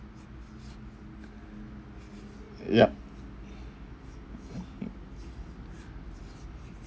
yup